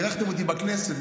אירחתם אותי בכנסת,